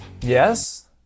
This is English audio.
Yes